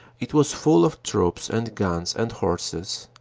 it was full of troops and guns and horses.